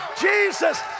Jesus